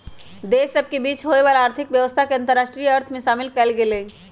देश सभ के बीच होय वला आर्थिक व्यवसाय के अंतरराष्ट्रीय अर्थ में शामिल कएल गेल हइ